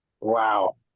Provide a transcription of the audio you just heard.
Wow